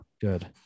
Good